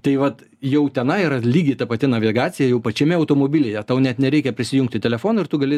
tai vat jau tenai yra lygiai ta pati navigacija jau pačiame automobilyje tau net nereikia prisijungti telefono ir tu gali